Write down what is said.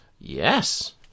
Yes